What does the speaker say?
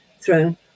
thrown